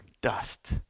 dust